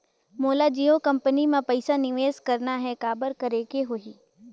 मोला जियो कंपनी मां पइसा निवेश करना हे, काबर करेके होही?